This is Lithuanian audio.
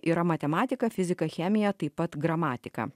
yra matematika fizika chemija taip pat gramatika